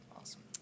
Awesome